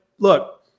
Look